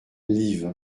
liv